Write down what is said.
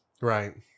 Right